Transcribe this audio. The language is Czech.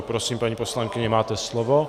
Prosím, paní poslankyně, máte slovo.